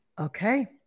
Okay